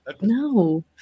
No